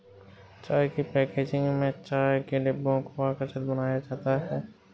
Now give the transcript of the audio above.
चाय की पैकेजिंग में चाय के डिब्बों को आकर्षक बनाया जाता है